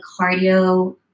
cardio